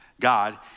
God